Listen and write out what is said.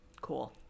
Cool